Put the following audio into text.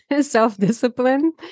self-discipline